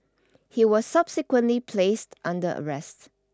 he was subsequently placed under arrest